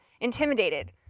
intimidated